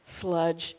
sludge